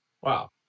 wow